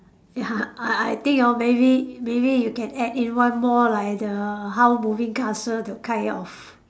ya I I think orh maybe maybe you can add in one more like the Howl moving castle the kind of